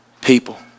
people